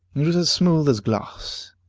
it was as smooth as glass,